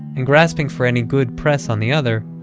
and grasping for any good press on the other,